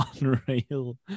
unreal